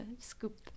scoop